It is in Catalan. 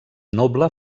noble